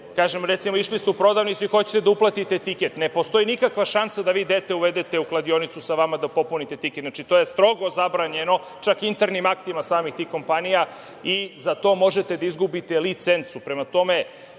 kažem… Recimo, išli ste u prodavnicu i hoćete da uplatite tiket, ne postoji nikakva šansa da vi dete uvedete u kladionicu sa vama da popunite tiket. Znači to je strogo zabranjeno, čak internim aktima samih tih kompanija i za to možete da izgubite licencu. Prema